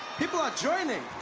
people are joining.